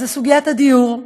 אז זו סוגיית הדיור,